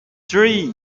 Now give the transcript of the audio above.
three